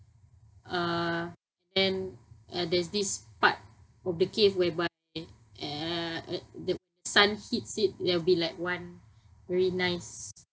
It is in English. uh then there's this part of the cave whereby eh uh a th~ sun hits it there'll be like one very nice